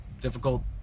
difficult